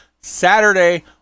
saturday